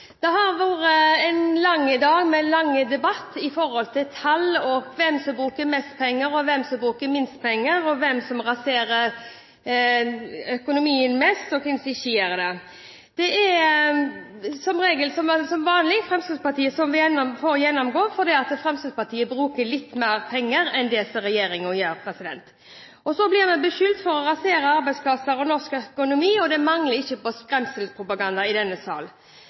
Det har vært en lang dag med en lang debatt om tall, om hvem som bruker mest penger og hvem som bruker minst, om hvem som raserer økonomien, og hvem som ikke gjør det. Det er som regel, som vanlig, Fremskrittspartiet som får gjennomgå fordi Fremskrittspartiet bruker litt mer penger enn det regjeringen gjør. Så blir vi beskyldt for å rasere arbeidsplasser og norsk økonomi – det mangler ikke på skremselspropaganda i denne sal.